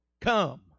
come